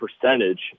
percentage